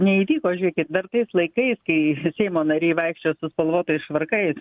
neįvyko žiūrėkit dar tais laikais kai seimo nariai vaikščiojo su spalvotais švarkais